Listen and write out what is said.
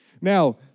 Now